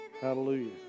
Hallelujah